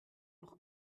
noch